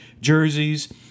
jerseys